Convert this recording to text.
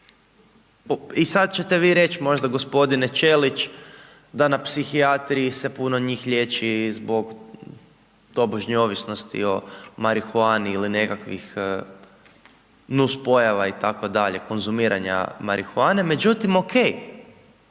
i sada ćete vi reći, možda gospodine Ćelić da na psihijatriji se puno njih liječi, zbog tobožnje ovisnosti o marihuani ili nekakvih nuspojava itd, konzumiranja marihuane. Međutim, ok,